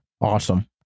Awesome